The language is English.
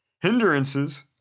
Hindrances